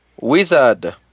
Wizard